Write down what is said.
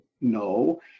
no